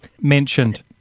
mentioned